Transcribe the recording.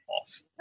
off